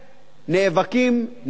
נאבקים נגד